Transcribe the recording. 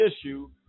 issue